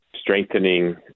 strengthening